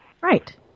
Right